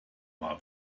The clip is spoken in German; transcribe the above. war